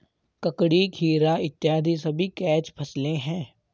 ककड़ी, खीरा इत्यादि सभी कैच फसलें हैं